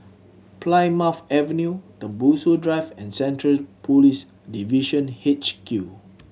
Plymouth Avenue Tembusu Drive and Central Police Division H Q